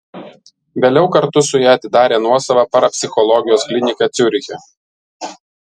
vėliau kartu su ja atidarė nuosavą parapsichologijos kliniką ciuriche